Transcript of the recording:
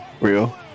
Real